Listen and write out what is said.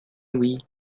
oui